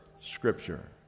Scripture